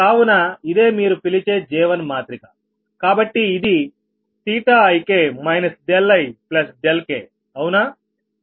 కావున ఇదే మీరు పిలిచే J1మాత్రిక కాబట్టి ఇది ik ikఅవునా